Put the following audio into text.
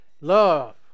love